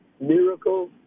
miracle